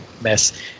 mess